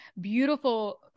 beautiful